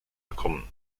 gekommen